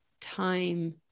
time